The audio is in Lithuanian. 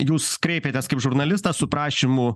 jūs kreipėtės kaip žurnalistas su prašymu